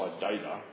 data